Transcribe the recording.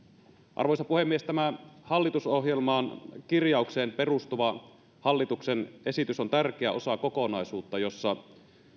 arvoisa puhemies tämä hallitusohjelman kirjaukseen perustuva hallituksen esitys on tärkeä osa kokonaisuutta jossa